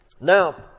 Now